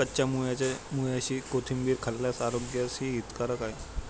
कच्च्या मुळ्याची कोशिंबीर खाल्ल्यास आरोग्यास हितकारक आहे